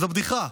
זאת בדיחה.